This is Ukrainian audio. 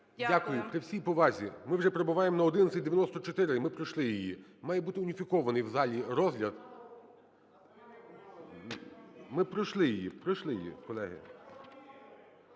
Дякую. При всій повазі, ми вже перебуваємо на 1194 і ми пройшли її. Має бути уніфікований в залі розгляд. Ми пройшли її, пройшли її, колеги.